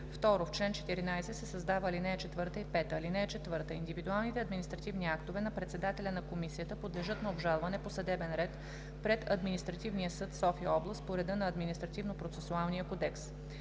2. В чл. 14 се създават ал. 4 и 5: „(4) Индивидуалните административни актове на председателя на комисията подлежат на обжалване по съдебен ред пред Административния съд – София област, по реда на Административнопроцесуалния кодекс.